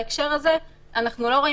בהקשר הזה אנחנו לא רואים.